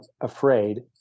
afraid